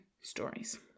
stories